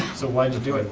so why'd you